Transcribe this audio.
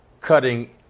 cutting